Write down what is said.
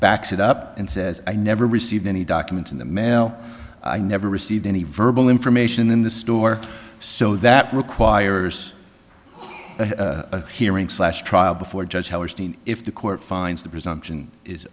backs it up and says i never received any documents in the mail i never received any verbal information in the store so that requires a hearing slash trial before judge hellerstein if the court finds the presumption is